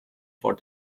for